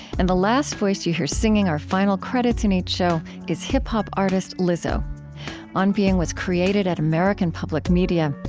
and the last voice you hear, singing our final credits in each show, is hip-hop artist lizzo on being was created created at american public media.